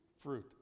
fruit